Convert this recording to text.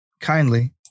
kindly